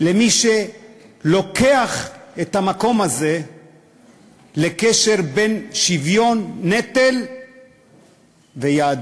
למי שלוקח את המקום הזה לקשר בין שוויון בנטל ויהדות.